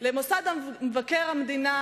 למוסד מבקר המדינה